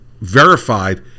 verified